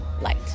light